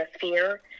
fear